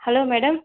hello madam